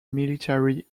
military